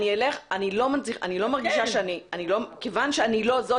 אני לא מרגישה שאני כיוון שאני לא זאת